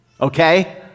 okay